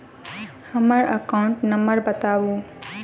हम्मर account number बताऊ?